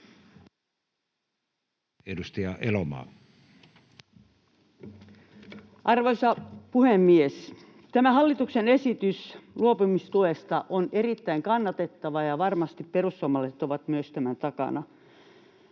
Content: Arvoisa puhemies! Tämä hallituksen esitys luopumistuesta on erittäin kannatettava, ja varmasti myös perussuomalaiset ovat tämän takana.